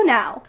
now